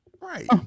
Right